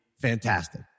fantastic